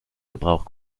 gebrauch